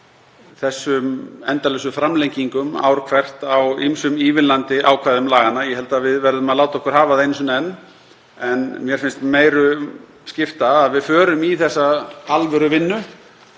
þessum endalausu framlengingum ár hvert á ýmsum ívilnandi ákvæðum laganna. Ég held að við verðum að láta okkur hafa það einu sinni enn. En mér finnst meiru skipta að við förum í þessa alvöruvinnu.